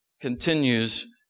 continues